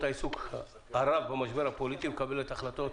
העיסוק הרב במשבר הפוליטי ולקבל את ההחלטות